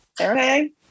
okay